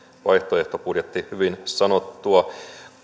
vaihtoehtobudjetti hyvin sanottua